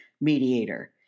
mediator